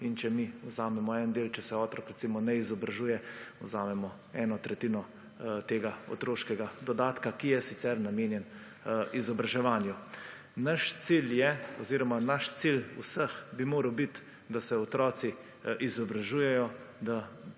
in če vzamemo en del, če se otrok, recimo, ne izobražuje, vzamemo eno tretjino tega otroškega dodatka, ki je sicer namenjen izobraževanju. Naš cilj je oziroma cilj vseh bi moral biti, da se otroci izobražujejo,